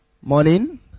Morning